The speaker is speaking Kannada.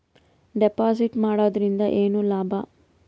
ಡೆಪಾಜಿಟ್ ಮಾಡುದರಿಂದ ಏನು ಲಾಭ?